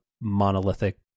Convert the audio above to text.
monolithic